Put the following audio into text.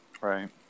Right